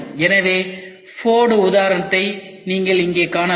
எனவே ஃபோர்டு உதாரணத்தை நீங்கள் இங்கே காணலாம்